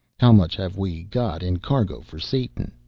how much have we got in cargo for satan?